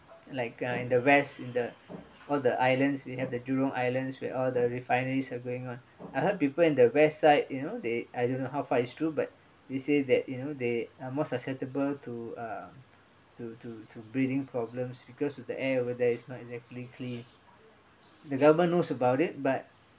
like uh in the west in the all the islands we have the jurong island where all the refineries are going on I heard people in the west side you know they I don't know how far is true but it says that you know they are more susceptible to uh to to to breathing problems because the air over there is not exactly clean the government knows about it but